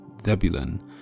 Zebulun